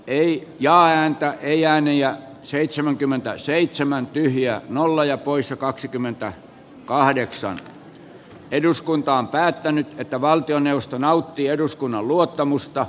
ensin äänestetään kari uotilan ehdotuksesta kimmo tiilikaisen ehdotusta vastaan ja sen jälkeen siitä nauttiiko valtioneuvosto eduskunnan luottamusta